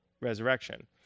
resurrection